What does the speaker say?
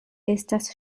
estas